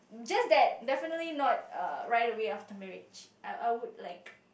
just that definitely not err right away after marriage uh I would like